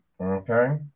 okay